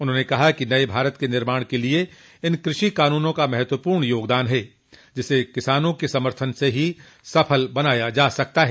उन्होंने कहा कि नये भारत के निर्माण के लिये इन कृषि कानूनों का महत्वपूर्ण योगदान है जिसे किसानों के समर्थन से ही सफल बनाया जा सकता है